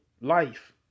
life